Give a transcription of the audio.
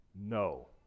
No